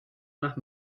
nach